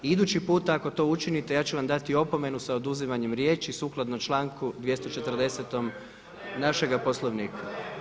I idući puta ako to učinite ja ću vam dati opomenu sa oduzimanjem riječi sukladno članku 240. našega Poslovnika.